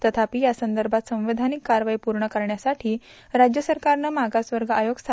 तथापि यासंदर्भात संवैधानिक कारवाई पूर्ण करण्यासाठी राज्य सरकारनं मागासवर्ग आयोग स्थापन केला आहे